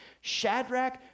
Shadrach